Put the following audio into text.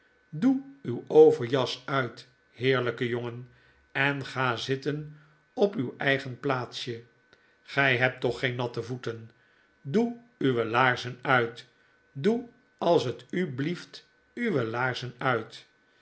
doe uw overjas uit heerlyke jongen en ga zitten op uw eigen plaatsje gy hebt toch geen natte voeten doe uwe laarzen uit doe als t u blieft uwe laarzen uit